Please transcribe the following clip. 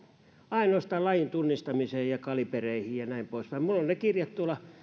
ainoastaan lajintunnistamiseen ja ja kaliipereihin ja näin poispäin minulla on ne kirjat tuolla